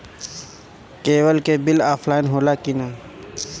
Cable के bill offline होला कि ना?